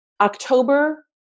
October